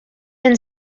then